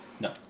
No